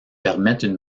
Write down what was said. permettent